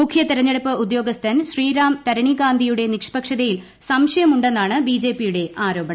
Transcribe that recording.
മൂഖ്യ തെരഞ്ഞെടുപ്പ് ഉദ്യോഗസ്ഥൻ ശ്രീറാം തരണികാന്തിയുടെ നിഷ്പക്ഷതയിൽ സംശയമുണ്ടെന്നാണ് ബി ജെ പിയുടെ ആരോപണം